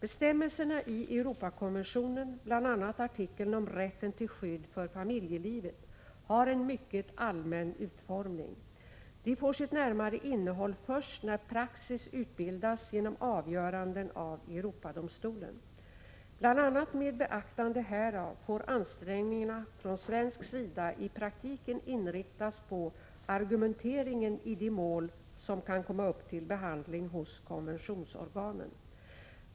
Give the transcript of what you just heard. Bestämmelserna i Europakonventionen, bl.a. artikeln om rätten till skydd för familjelivet, har en mycket allmän utformning. De får sitt närmare innehåll först när praxis utbildas genom avgöranden av Europadomstolen. Bl. a. med beaktande härav får ansträngningarna från svensk sida i praktiken inriktas på argumenteringen i de mål som kan komma upp till behandling hos konventionsorganen.